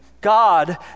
God